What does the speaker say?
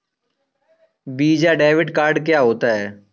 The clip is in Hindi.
वीज़ा डेबिट कार्ड क्या होता है?